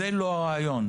זה לא הרעיון.